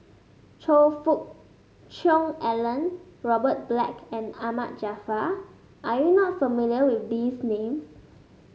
Choe Fook Cheong Alan Robert Black and Ahmad Jaafar are you not familiar with these names